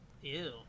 Ew